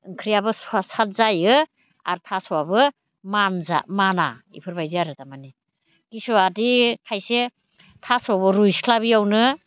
ओंख्रियाबो सुवाद जायो आरो थास'आबो माना बेफोरबायदि आरो तारमाने किसुआदि खायसे थास' रुइस्लाबियावनो